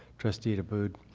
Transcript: trustee abboud